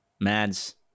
Mads